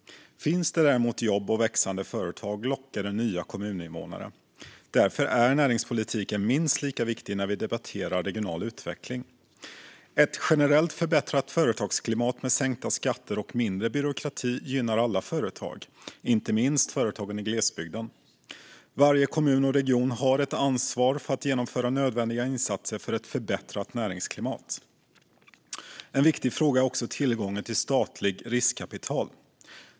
Finns det däremot jobb och växande företag lockar det nya kommuninvånare. Därför är näringspolitiken minst lika viktig när vi debatterar regional utveckling. Ett generellt förbättrat företagsklimat med sänkta skatter och mindre byråkrati gynnar alla företag, inte minst företagen i glesbygden. Varje kommun och region har ett ansvar för att genomföra nödvändiga insatser för ett förbättrat näringsklimat. En viktig fråga är också tillgången till statligt riskkapital.